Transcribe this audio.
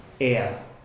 air